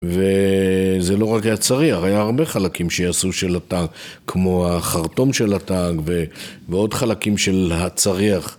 וזה לא רק הצריח, היה הרבה חלקים שיעשו של הטאג, כמו החרטום של הטאג ועוד חלקים של הצריח.